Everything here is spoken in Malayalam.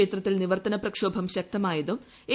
കേരളത്തിൽ നിവർത്തന പ്രക്ഷോഭം ശക്തമായതും എ